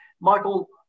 Michael